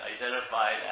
identified